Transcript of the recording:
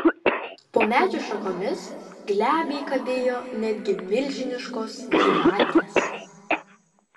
po medžių šakomis glebiai kabėjo netgi milžiniškos gyvatės